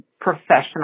professional